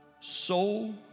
soul